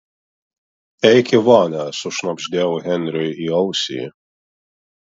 eik į vonią sušnabždėjau henriui į ausį